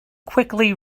quickly